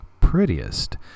prettiest